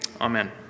amen